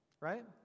right